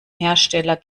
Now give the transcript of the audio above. hersteller